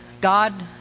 God